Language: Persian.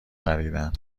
خریدن